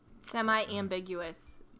semi-ambiguous